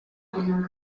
papa